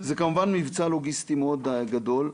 זה כמובן מבצע לוגיסטי מאוד גדול,